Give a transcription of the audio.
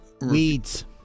Weeds